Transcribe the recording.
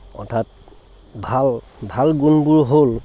অৰ্থাৎ ভাল ভাল গুণবোৰ হ'ল